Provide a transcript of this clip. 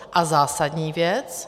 A zásadní věc.